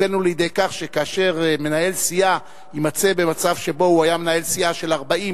הבאנו לידי כך שכאשר מנהל סיעה יימצא במצב שבו הוא היה מנהל סיעה של 40,